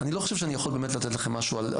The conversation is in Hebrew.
אני לא חושב שאני באמת יכול לתת לכם משהו על